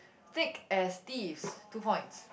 thick as thieves two points